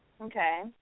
Okay